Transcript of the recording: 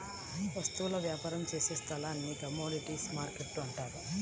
వస్తువుల వ్యాపారం చేసే స్థలాన్ని కమోడీటీస్ మార్కెట్టు అంటారు